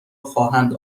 خواهند